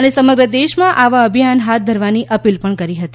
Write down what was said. અને સમગ્ર દેશમાં આવાં અભિયાન હાથ ધરવાની અપીલ પણ કરી હતી